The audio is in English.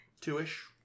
Two-ish